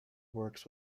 works